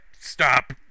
stop